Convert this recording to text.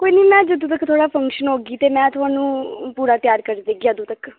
कोई म्हीना इक्क जदूं थुआढ़ी फंक्शन होगी ते में थुहानू पूरा त्यार करी देगी अदूं तक्क